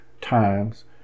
Times